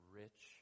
rich